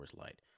Light